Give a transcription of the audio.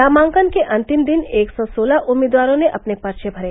नामांकन के अंतिम दिन एक सौ सोलह उम्मीदवारों ने अपने पर्व भरे